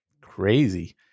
Crazy